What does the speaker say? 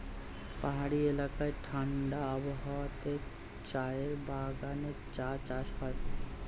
পাহাড়ি এলাকায় ঠাণ্ডা আবহাওয়াতে চায়ের বাগানে চা চাষ হয়